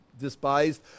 despised